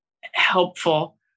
helpful